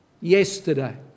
Yesterday